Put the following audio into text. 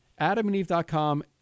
AdamandEve.com